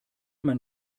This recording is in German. man